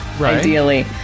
ideally